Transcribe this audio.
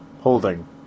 holding